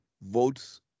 votes